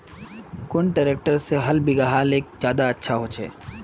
कुन ट्रैक्टर से हाल बिगहा ले ज्यादा अच्छा होचए?